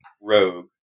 rogue